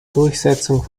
durchsetzung